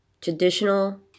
Traditional